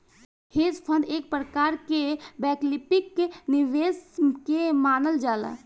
hedge fund एक प्रकार के वैकल्पिक निवेश के मानल जाला